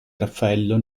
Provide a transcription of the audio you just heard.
raffaello